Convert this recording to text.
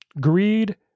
Greed